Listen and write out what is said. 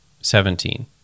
seventeen